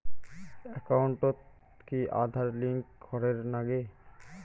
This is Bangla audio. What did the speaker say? একাউন্টত কি আঁধার কার্ড লিংক করের নাগে?